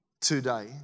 today